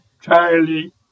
Charlie